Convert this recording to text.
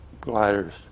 gliders